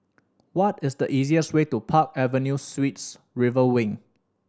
what is the easiest way to Park Avenue Suites River Wing